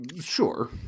Sure